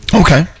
Okay